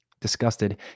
Disgusted